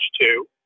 two